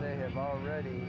they have already